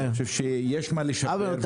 יש מה לשפר ויש מה לתקן.